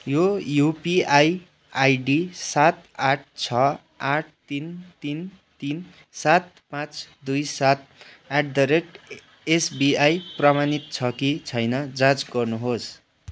यो UPI ID सात आठ छ आठ तिन ति न तिन तिन सात पाँच दुई सात एट द रेट एसबिआई प्रमाणित छ कि छैन जाँच गर्नुहोस्